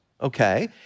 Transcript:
okay